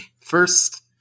first